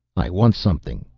i want something,